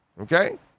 okay